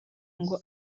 ngo